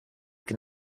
can